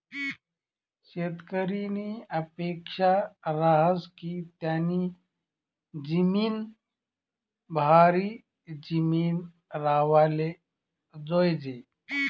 शेतकरीनी अपेक्सा रहास की त्यानी जिमीन भारी जिमीन राव्हाले जोयजे